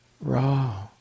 raw